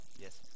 Yes